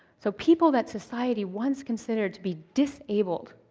so people that society once considered to be disabled